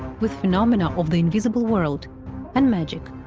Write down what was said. with phenomena of the invisible world and magic.